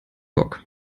bock